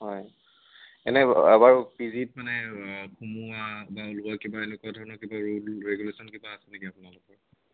হয় এনেই বাৰু পি জিত মানে সোমোৱা বা ওলোৱা কিবা এনেকুৱা ধৰণৰ কিবা ৰোল ৰেগুলেশ্বন কিবা আছে নেকি আপোনালোকৰ